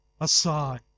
aside